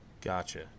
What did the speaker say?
Gotcha